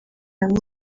hamwe